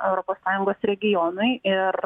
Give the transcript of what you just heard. europos sąjungos regionai ir